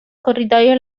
corridoio